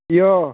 बेयो